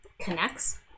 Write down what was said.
connects